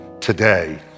today